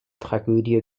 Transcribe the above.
tragödie